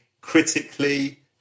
critically